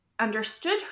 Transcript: understood